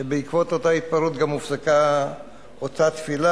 אשר בעקבותיה גם הופסקה התפילה,